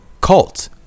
cult